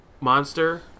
monster